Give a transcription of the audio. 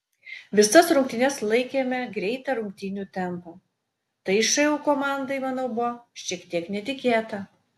visas rungtynes laikėme greitą rungtynių tempą tai šu komandai manau buvo šiek tiek netikėta